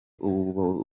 ubu